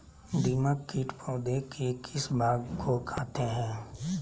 दीमक किट पौधे के किस भाग को खाते हैं?